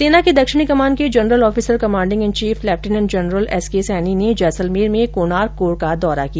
सेना के दक्षिणी कमान के general officer commanding in chief lieutenant general S K Saini ने जैसलमेर में कोणार्क कोर का दौरा किया